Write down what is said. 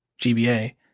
GBA